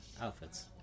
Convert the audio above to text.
outfits